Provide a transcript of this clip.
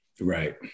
Right